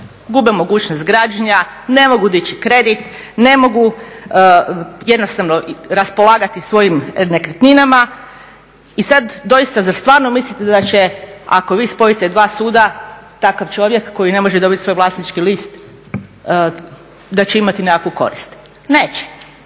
gube mogućnost građenja, ne mogu dići kredit, ne mogu jednostavno raspolagati svojim nekretninama. I sad doista, zar stvarno mislite da će ako vi spojite dva suda takav čovjek koji ne može dobiti svoj vlasnički list da će imati nekakvu korist? Neće.